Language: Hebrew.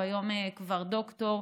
היום הוא כבר דוקטור.